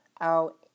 out